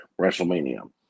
WrestleMania